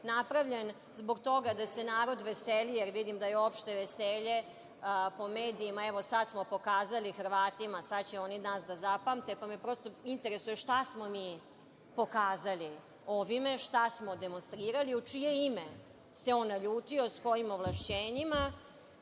napravljen zbog toga da se narod veseli, jer vidim da je opšte veselje po medijima – evo, sad smo pokazali Hrvatima, sad će oni nas da zapamte. Pa, me prosto interesuje, šta smo mi pokazali ovime? Šta smo demonstrirali? U čije ime se on naljutio s kojim ovlašćenjima?